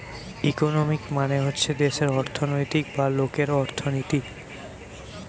economy মানে হচ্ছে দেশের অর্থনৈতিক বা লোকের অর্থনীতি